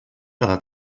cada